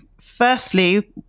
firstly